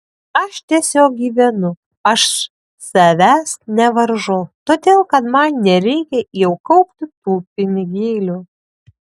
aš tiesiog gyvenu aš savęs nevaržau todėl kad man nereikia jau kaupti tų pinigėlių